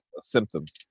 symptoms